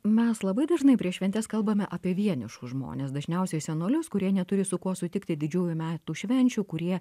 mes labai dažnai prieš šventes kalbame apie vienišus žmones dažniausiai senolius kurie neturi su kuo sutikti didžiųjų metų švenčių kurie